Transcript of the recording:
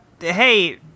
hey